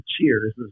Cheers